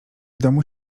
domu